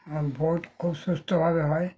এবং ভোট খুব সুষ্ঠুভাবে হয়